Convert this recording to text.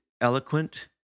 eloquent